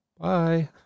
Bye